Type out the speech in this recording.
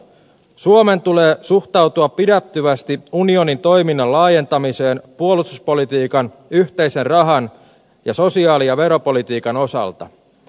suomen tulee suhtautua pidättyvästi unionin toiminnan laajentamiseen puolustuspolitiikan yhteisen rahan ja vero ja sosiaalipolitiikan osalta